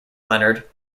leonard